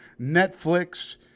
Netflix